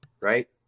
right